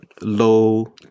low